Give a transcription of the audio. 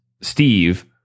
Steve